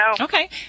Okay